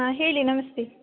ಹಾಂ ಹೇಳಿ ನಮಸ್ತೆ